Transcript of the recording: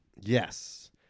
Yes